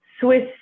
Swiss